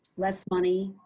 less money,